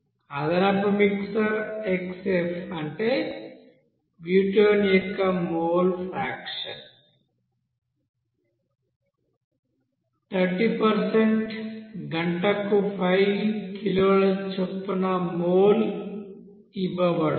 అదనపు mixer xf అంటే butane యొక్క మోల్ ఫ్రాక్షన్ 30 గంటకు 5 కిలోల మోల్ చొప్పున ఇవ్వబడుతుంది